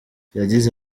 yagize